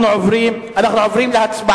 אנחנו עוברים להצבעה.